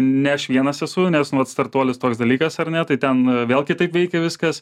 ne aš vienas esu nes nu vat startuolis toks dalykas ar ne tai ten vėlgi taip veikia viskas